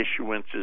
issuances